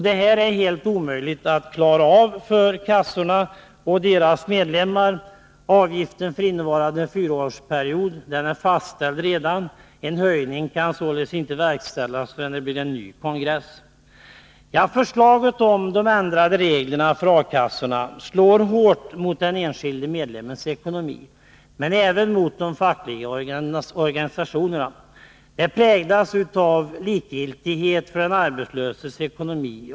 Det är helt omöjligt för kassorna och deras medlemmar att klara detta. Avgiften för innevarande fyraårsperiod är redan fastställd. En höjning kan således inte verkställas förrän det blir en ny kongress. Förslaget om de ändrade reglerna för A-kassorna slår hårt mot den enskilde medlemmens ekonomi, men även mot de fackliga organisationerna. Det präglas av likgiltighet för den arbetslöses ekonomi.